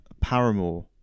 Paramore